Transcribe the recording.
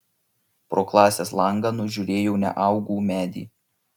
pro klasės langą nužiūrėjau neaugų medį